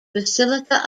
basilica